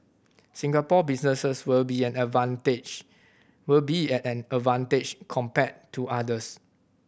Singapore businesses will be at an advantage will be at an advantage compared to others